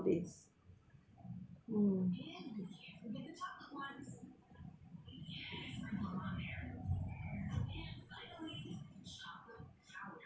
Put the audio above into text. this mm